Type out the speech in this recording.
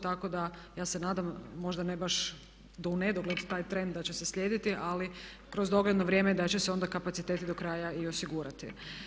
Tako da ja se nadam, možda ne baš do u nedogled taj trend da će se slijediti ali kroz dogledno vrijeme da će se onda kapaciteti do kraja i osigurati.